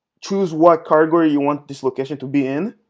choose what category you want this location to be in.